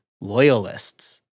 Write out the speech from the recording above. Loyalists